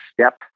step